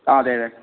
ആ അതെയതെ